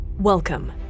Welcome